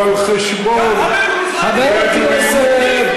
הוא על חשבון הבדואים,